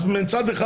מצד אחד,